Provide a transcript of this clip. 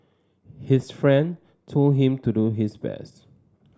his friend told him to do his best